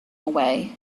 away